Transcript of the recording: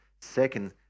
Second